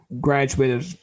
graduated